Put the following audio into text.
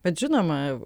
bet žinoma